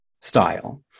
style